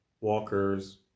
walkers